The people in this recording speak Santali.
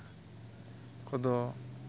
ᱠᱚᱫᱚ